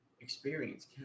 experience